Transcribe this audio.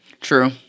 True